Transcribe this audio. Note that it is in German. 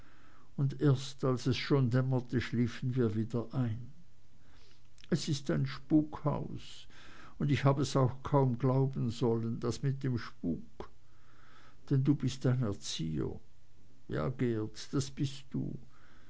und erst als es schon dämmerte schliefen wir wieder ein es ist ein spukhaus und ich hab es auch glauben sollen das mit dem spuk denn du bist ein erzieher ja geert das bist du